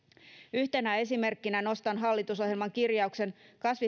yhtenä esimerkkinä nostan hallitusohjelman kirjauksen